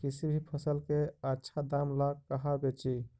किसी भी फसल के आछा दाम ला कहा बेची?